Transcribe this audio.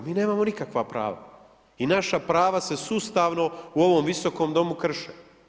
Mi nemamo nikakva prava i naša prava se sustavno u ovom visokom domu krše.